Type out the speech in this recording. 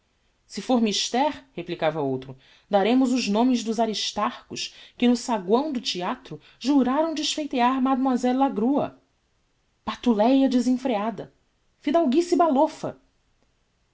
si for mister replicava outro daremos os nomes dos aristarchos que no saguão do theatro juraram desfeitear mlle lagrua patuleia desenfreada fidalguice balofa